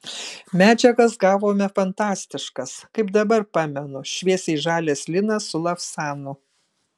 medžiagas gavome fantastiškas kaip dabar pamenu šviesiai žalias linas su lavsanu